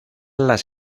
las